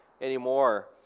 anymore